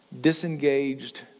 disengaged